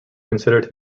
considered